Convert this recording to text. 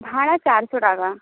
ভাড়া চারশো টাকা